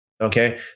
Okay